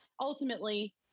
ultimately